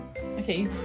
Okay